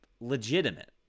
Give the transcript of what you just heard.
legitimate